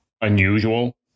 unusual